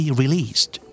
released